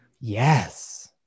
Yes